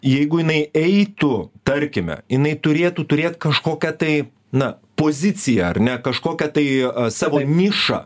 jeigu jinai eitų tarkime jinai turėtų turėt kažkokią tai na poziciją ar ne kažkokią tai savo nišą